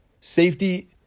Safety